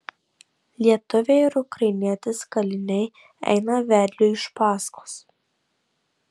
lietuviai ir ukrainietis kaliniai eina vedliui iš paskos